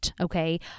okay